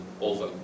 over